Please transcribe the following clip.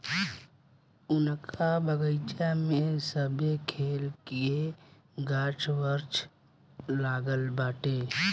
उनका बगइचा में सभे खल के गाछ वृक्ष लागल बाटे